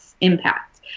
impact